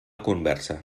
conversa